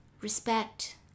Respect